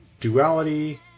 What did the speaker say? Duality